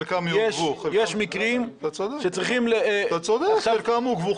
יש מקרים שצריכים --- חלקם עוכבו,